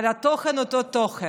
אבל התוכן אותו תוכן.